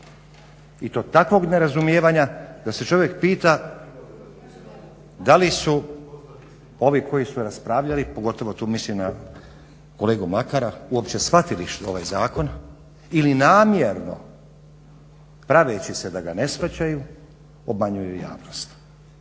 I to takvog nerazumijevanja da se čovjek pita da li su ovi koji su raspravljali pogotovo tu mislim na kolegu Mlakara uopće shvatili ovaj zakon ili namjerno praveći se ga ne shvaćaju obmanjuju javnost.